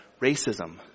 racism